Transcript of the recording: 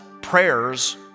prayers